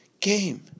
game